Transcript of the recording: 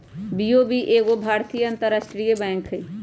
BOB एगो भारतीय अंतरराष्ट्रीय बैंक हइ